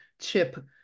chip